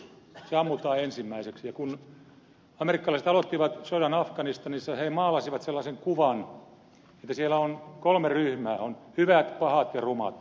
se ammutaan ensimmäiseksi ja kun amerikkalaiset aloittivat sodan afganistanissa he maalasivat sellaisen kuvan että siellä on kolme ryhmää on hyvät pahat ja rumat